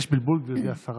יש בלבול בזה, גברתי השרה,